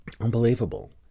Unbelievable